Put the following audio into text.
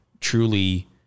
truly